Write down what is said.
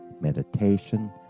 meditation